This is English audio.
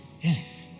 Yes